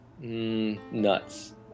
nuts